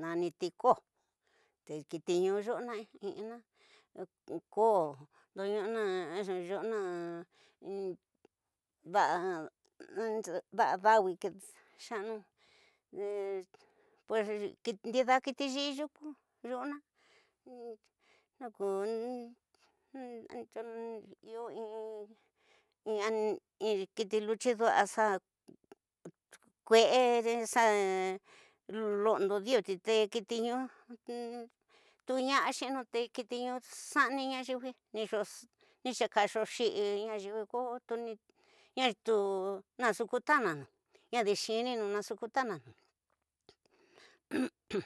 naniti koo te kiti ñu yuñonini ña koo, yesuna daxa dawi nxanu pues ndida kiti, yisi yuku yesuna ñaku iyo in kiti, tukui ñu xa kure xa londo dinu te kiti darixo yaxiti kiti ñu ña xaxani la yuwi mixo xa xii ña yuni ko ña ñu xa xu ku tananu, ñadi xininu naxu kutananu.